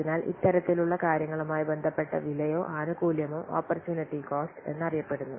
അതിനാൽ ഇത്തരത്തിലുള്ള കാര്യങ്ങളുമായി ബന്ധപ്പെട്ട വിലയോ ആനുകൂല്യമോ ഓപ്പര്ച്ചുനിടി കോസ്റ്റ് എന്നറിയപ്പെടുന്നു